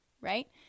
Right